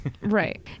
Right